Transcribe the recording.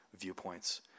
viewpoints